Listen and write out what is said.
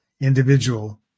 individual